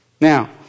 Now